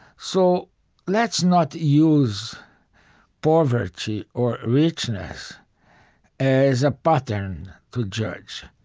so let's not use poverty or richness as a pattern to judge